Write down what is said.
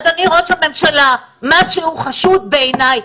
אדוני ראש הממשלה, משהו חשוד בעיניי.